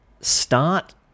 start